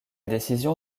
décision